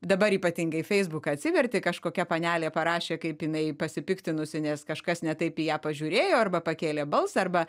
dabar ypatingai feisbuką atsiverti kažkokia panelė parašė kaip jinai pasipiktinusi nes kažkas ne taip į ją pažiūrėjo arba pakėlė balsą arba